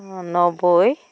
অঁ নব্বৈ